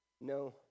No